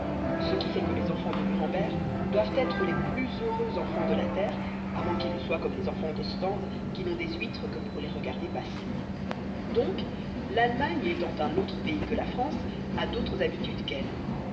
ce qui fait que les enfants de nuremberg doivent être les plus heureux enfants de la terre à moins qu'ils ne soient comme les habitants d'ostende qui n'ont des huîtres que pour les regarder passer donc l'allemagne étant un autre pays que la france a d'autres habitudes qu'elle